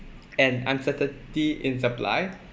and uncertainty in supply